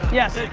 yes.